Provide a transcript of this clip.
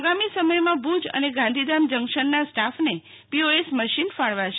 આગામી સમયમાં ભુજ અને ગાંધીધામ જંકશનના સ્ટાફને પીઓએસ મશીન ફાળવાશે